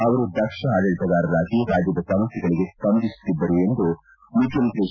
ಅವರು ದಕ್ಷ ಆಡಳಿಗಾರರಾಗಿ ರಾಜ್ಯದ ಸಮಸ್ಥೆಗಳಿಗೆ ಸ್ಪಂದಿಸುತ್ತಿದ್ದರು ಎಂದು ಮುಖ್ಯಮಂತ್ರಿ ಎಚ್